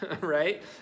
right